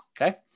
okay